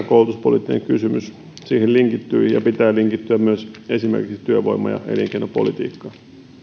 koulutuspoliittinen kysymys siihen linkittyy ja pitää linkittyä myös esimerkiksi työvoima ja elinkeinopolitiikka